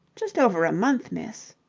just over a month, miss.